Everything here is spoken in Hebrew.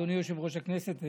אדוני יושב-ראש הכנסת.